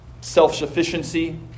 self-sufficiency